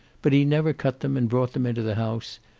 but he never cut them and brought them into the house,